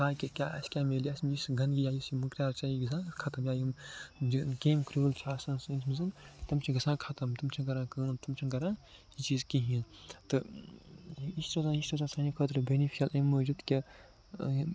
باقٕے کیٛاہ اَسہِ کیٛاہ مِلہِ اَسہِ یہِ گندگی یا یُس یہِ مُکرار چھِ یہِ چھِ گژھان ختم یا یِم کٔٮ۪مۍ کریۭل چھِ آسان سٲنِس منٛز تِم چھِ گژھان ختم تِم چھِ کران کٲم تِم چھِنہٕ کران یہِ چیٖز کِہیٖنۍ تہٕ یہِ چھِ روزان یہِ چھِ روزان سانہِ خٲطرٕ بٮ۪نِفِشَل أمۍ موجوٗب تِکیٛاہ یہِ